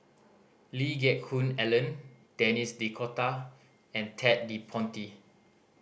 Lee Geck Hoon Ellen Denis D'Cotta and Ted De Ponti